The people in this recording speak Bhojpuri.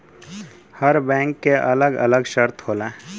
हर बैंक के अलग अलग शर्त होला